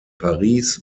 paris